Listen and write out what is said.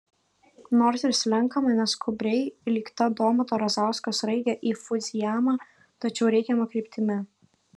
nors ir slenkama neskubriai lyg ta domanto razausko sraigė į fudzijamą tačiau reikiama kryptimi